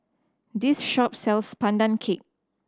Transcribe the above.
this shop sells Pandan Cake